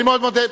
אני מאוד מודה.